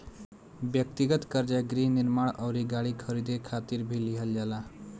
ब्यक्तिगत कर्जा गृह निर्माण अउरी गाड़ी खरीदे खातिर भी लिहल जाला